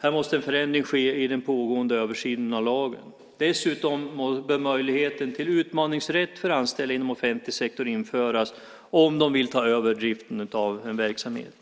Här måste en förändring ske i den pågående översynen av lagen. Dessutom måste möjligheten till utmaningsrätt för anställda inom offentlig sektor införas om de vill ta över driften av en verksamhet.